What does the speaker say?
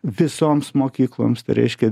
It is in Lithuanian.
visoms mokykloms tai reiškia